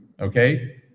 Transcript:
okay